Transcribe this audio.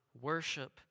worship